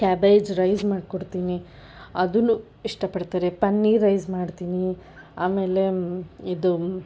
cabbage rice ಮಾಡ್ಕೊಡ್ತೀನಿ ಅದನ್ನೂ ಇಷ್ಟಪಡ್ತಾರೆ ಪನ್ನೀರ್ ರೈಸ್ ಮಾಡ್ತೀನಿ ಆಮೇಲೆ ಇದು